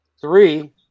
three